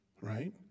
right